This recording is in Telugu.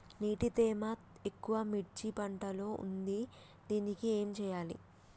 నీటి తేమ ఎక్కువ మిర్చి పంట లో ఉంది దీనికి ఏం చేయాలి?